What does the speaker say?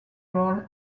role